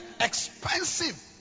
expensive